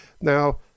Now